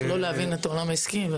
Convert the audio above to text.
להמשיך להבין את העולם העסקי.